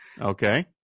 Okay